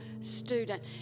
student